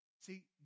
See